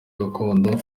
gakondo